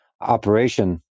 operation